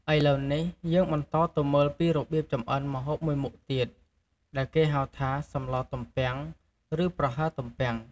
ឥឡូវនេះ យើងបន្តទៅមើលពីរបៀបចម្អិនម្ហូបមួយមុខទៀត ដែលគេហៅថាសម្លទំពាំង ឬ ប្រហើរទំពាំង។